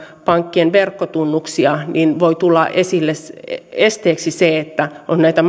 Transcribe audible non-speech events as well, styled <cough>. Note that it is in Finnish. pankkien verkkotunnuksia voi tulla esteeksi se että on näitä <unintelligible>